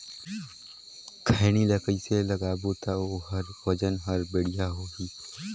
खैनी ला कइसे लगाबो ता ओहार वजन हर बेडिया होही?